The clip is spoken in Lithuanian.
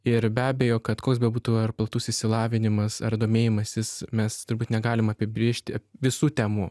ir be abejo kad koks bebūtų ar platus išsilavinimas ar domėjimasis mes turbūt negalim apibrėžti visų temų